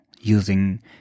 using